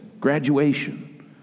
graduation